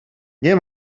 nie